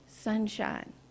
sunshine